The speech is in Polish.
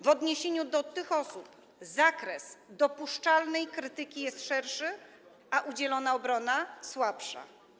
W odniesieniu do tych osób zakres dopuszczalnej krytyki jest szerszy, a udzielana ochrona - słabsza.